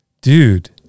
dude